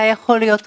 אתה יכול להיות רגוע,